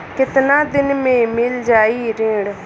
कितना दिन में मील जाई ऋण?